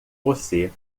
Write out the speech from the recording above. você